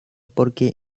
porque